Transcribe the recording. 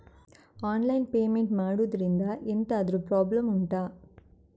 online payment ಮಾಡುದ್ರಿಂದ ಎಂತಾದ್ರೂ problem ಉಂಟಾ